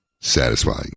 Satisfying